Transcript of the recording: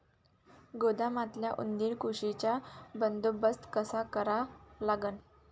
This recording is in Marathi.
गोदामातल्या उंदीर, घुशीचा बंदोबस्त कसा करा लागन?